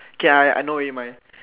okay I I know already mine